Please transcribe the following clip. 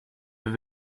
have